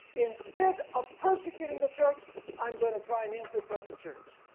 instead of persecuting the church i'm going to try and infiltrate the church,